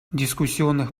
дискуссионных